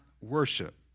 worship